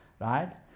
right